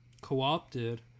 co-opted